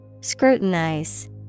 Scrutinize